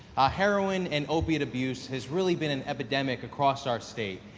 heroin and opiate abuse has really been an epidemic across our state.